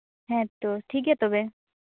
ᱦᱮᱸᱛᱚ ᱴᱷᱤᱠᱜᱮᱭᱟ ᱛᱚᱵᱮ